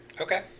Okay